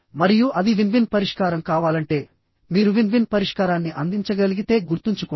మరియు అది win win పరిష్కారం కావాలంటే మీరు విన్ విన్ పరిష్కారాన్ని అందించగలిగితే గుర్తుంచుకోండి